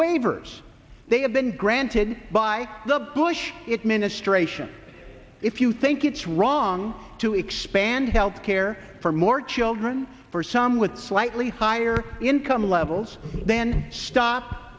waivers they have been granted by the bush administration if you think it's wrong to expand health care for more children for some with slightly higher income levels then stop